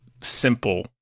simple